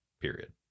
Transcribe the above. Period